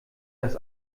das